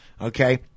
Okay